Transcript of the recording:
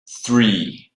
three